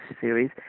series